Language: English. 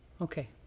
okay